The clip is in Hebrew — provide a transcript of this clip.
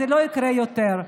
זה לא יקרה יותר.